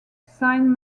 sign